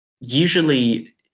usually